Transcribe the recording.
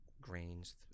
grains